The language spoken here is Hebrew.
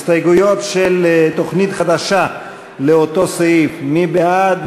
הסתייגויות של תוכנית חדשה לאותו סעיף, מי בעד?